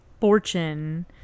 fortune